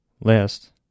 list